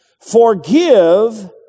Forgive